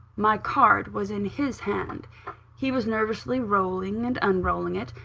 my card was in his hand he was nervously rolling and unrolling it,